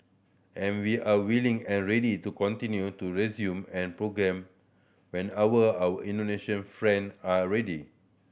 and we are willing and ready to continue to resume and programme whenever our Indonesian friend are ready